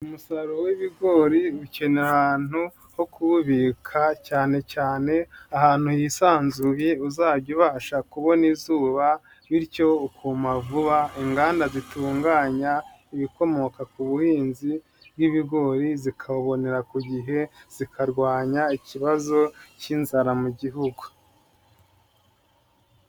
Umusaruro w'ibigori ukeneye ahantu ho kuwubika cyane cyane ahantu hisanzuye uzajya ubasha kubona izuba bityo ukuma vuba, inganda zitunganya ibikomoka ku buhinzi bw'ibigori zikawubonera ku gihe zikarwanya ikibazo k'inzara mu gihugu.